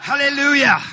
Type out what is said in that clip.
Hallelujah